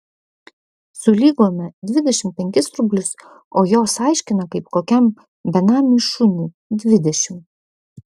sulygome dvidešimt penkis rublius o jos aiškina kaip kokiam benamiui šuniui dvidešimt